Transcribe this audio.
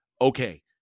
Okay